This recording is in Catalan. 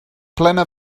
plena